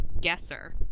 guesser